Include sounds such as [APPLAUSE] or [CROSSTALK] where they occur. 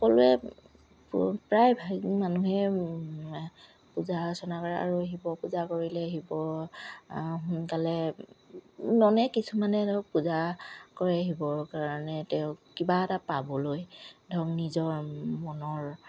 সকলোৱে প্ৰায় ভাগ মানুহে পূজা অৰ্চনা কৰে আৰু শিৱ পূজা কৰিলে শিৱ সোনকালে [UNINTELLIGIBLE] কিছুমানে ধৰক পূজা কৰে শিবৰ কাৰণে তেওঁ কিবা এটা পাবলৈ ধৰক নিজৰ মনৰ